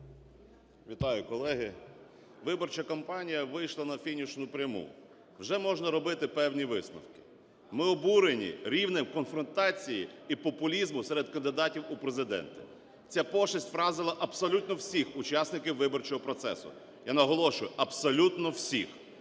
Вітаю, колеги! Виборча кампанія вийшла на фінішну пряму, вже можна робити певні висновки. Ми обурені рівнем конфронтації і популізму серед кандидатів у президенти. Ця пошесть вразила абсолютно всіх учасників виборчого процесу. Я наголошую: абсолютно всіх.